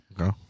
Okay